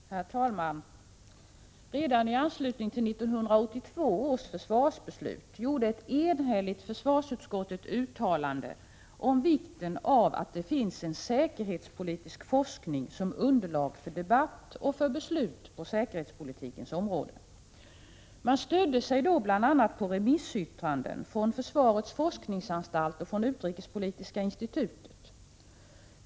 Herr talman! Redan i anslutning till 1982 års försvarsbeslut gjorde ett enhälligt försvarsutskott ett uttalande om vikten av att det finns säkerhetspolitisk forskning som underlag för debatt och för beslut på säkerhetspolitikens område. Man stödde sig då bl.a. på remissyttranden från försvarets forskningsanstalt och från Utrikespolitiska institutet.